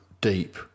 deep